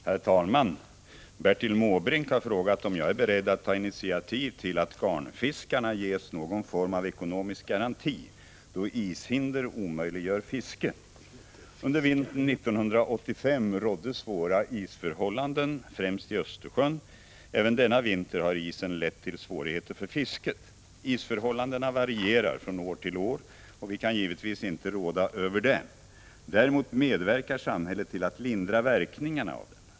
Herr talman! Bertil Måbrink har frågat mig om jag är beredd att ta initiativ till att garnfiskarna ges någon form av ekonomisk garanti då ishinder omöjliggör fiske. Under vintern 1985 rådde svåra isförhållanden främst i Östersjön. Även denna vinter har isen lett till svårigheter för fisket. Isförhållandena varierar från år till år, och vi kan givetvis inte råda över dem. Däremot medverkar samhället till att lindra verkningarna av dem.